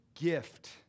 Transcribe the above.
gift